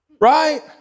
right